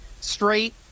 straight